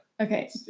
Okay